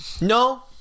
No